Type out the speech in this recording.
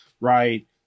right